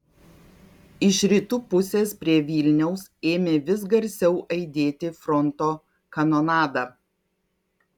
iš rytų pusės prie vilniaus ėmė vis garsiau aidėti fronto kanonada